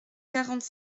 quarante